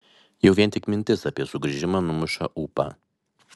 jau vien tik mintis apie sugrįžimą numuša ūpą